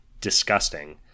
disgusting